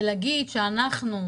להגיד שלכם,